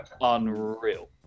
unreal